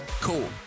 Cool